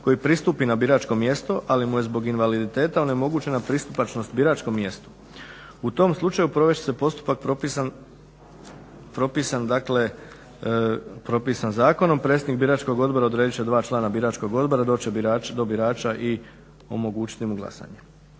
koji pristupi na biračko mjesto ali mu je zbog invaliditeta onemogućena pristupačnost biračkom mjestu. U tom slučaju provest će se postupak propisan zakonom. Predsjednik biračkog odbora odredit će dva člana biračkog odbora da dođu do birača i omogućiti mu glasanje.